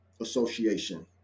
association